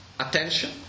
Attention